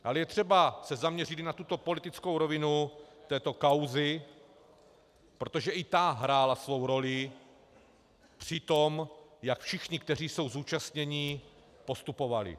Ale je třeba se zaměřit na tuto politickou rovinu této kauzy, protože i ta hrála svou roli při tom, jak všichni zúčastnění postupovali.